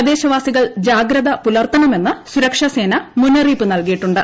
പ്രദേശവാസികൾ ജാഗ്രത പുലർത്തണമെന്ന് സുരക്ഷാസേനാ മുന്നറിയിപ്പ് നൽകിയിട്ടുണ്ട്